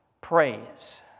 Praise